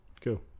cool